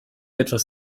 etwas